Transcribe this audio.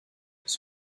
his